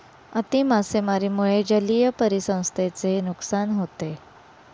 अति मासेमारीमुळे जलीय परिसंस्थेचे नुकसान होते